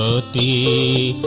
di